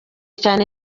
cyane